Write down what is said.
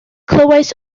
clywais